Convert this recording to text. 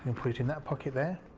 and put in that pocket there.